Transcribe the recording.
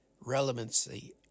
relevancy